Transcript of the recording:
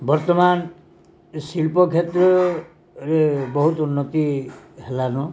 ବର୍ତ୍ତମାନ ଶିଳ୍ପ କ୍ଷେତ୍ରରେ ବହୁତ ଉନ୍ନତି ହେଲାନ